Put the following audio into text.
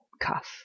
cuff